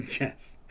Yes